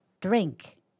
Drink